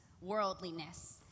worldliness